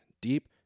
Deep